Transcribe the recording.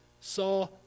saw